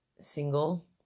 single